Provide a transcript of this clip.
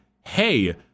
hey